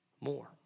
more